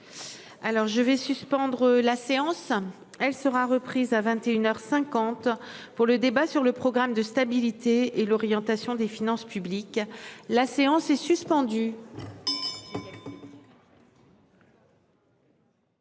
je vais suspendre la séance. Elle sera reprise à 21h 50 pour le débat sur le programme de stabilité et l'orientation des finances publiques. La séance est suspendue.